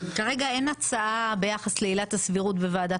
כרגע אין הצעה ביחס לעילת הסבירות בוועדת